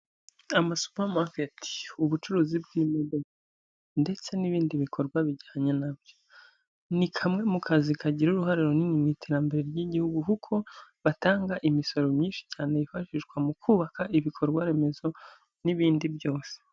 Amasupa maketi, ubucuruzi bw'imodoka ndetse n'ibindi bikorwa bijyanye na byo, ni kamwe mu kazi kagira uruhare runini mu iterambere ry'igihugu, kuko batanga imisoro myinshi cyane yifashishwa mu kubaka ibikorwaremezo n'ibindi byose.